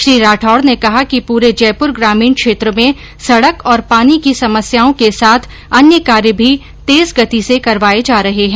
श्री राठौड़ ने कहा कि पूरे जयपूर ग्रामीण क्षेत्र में सड़क और पानी को समस्याओं के साथ अन्य कार्य भी तेज गति से करवाए जा रहे हैं